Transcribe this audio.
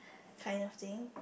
kind of thing